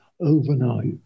overnight